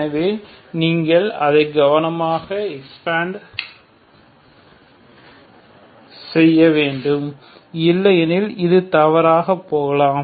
எனவே நீங்கள் அதை கவனமாக எக்ஸ்பாண்ட் செய்ய வேண்டும் இல்லையெனில் இது தவறாக போகலாம்